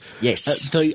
Yes